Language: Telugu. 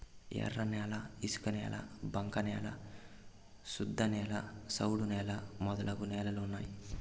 ఎర్రన్యాల ఇసుకనేల బంక న్యాల శుద్ధనేల సౌడు నేల మొదలగు నేలలు ఉన్నాయి